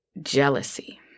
Jealousy